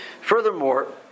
Furthermore